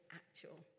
actual